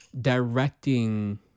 directing